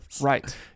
Right